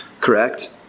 correct